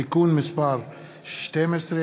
(תיקון מס' 12),